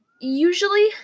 Usually